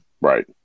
Right